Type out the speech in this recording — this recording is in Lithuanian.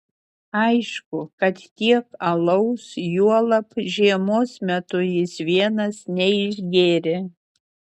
aišku kad tiek alaus juolab žiemos metu jis vienas neišgėrė